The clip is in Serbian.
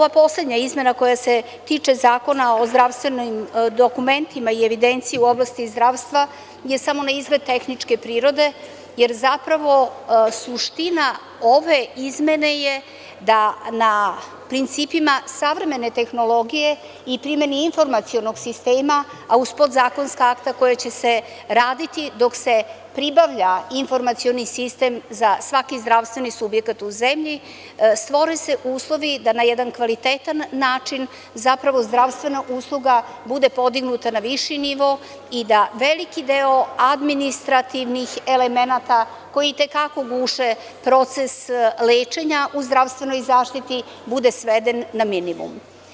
Ova poslednja izmena koja se tiče Zakona o zdravstvenim dokumentima i evidenciji u oblasti zdravstva je samo naizgled tehničke prirode, jer zapravo suština ove izmene je da na principima savremene tehnologije i primeni informacionog sistema, a uz podzakonska akta koja će se raditi dok se pribavlja informacioni sistem za svaki zdravstveni subjekat u zemlji, stvore se uslovi da na jedan kvalitetan način zdravstvena usluga bude podignuta na viši nivo i da veliki deo administrativnih elemenata koji itekako guše proces lečenja u zdravstvenoj zaštiti, bude sveden na minimum.